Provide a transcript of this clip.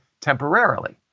temporarily